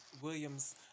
Williams